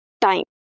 time